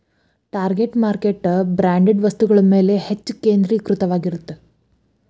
target market branded ವಸ್ತುಗಳ ಮ್ಯಾಲೆ ಹೆಚ್ಚ್ ಕೇಂದ್ರೇಕೃತವಾಗಿರತ್ತ